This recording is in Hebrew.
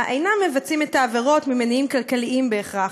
אינם מבצעים את העבירות ממניעים כלכליים בהכרח,